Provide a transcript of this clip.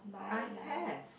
I have